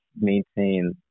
maintain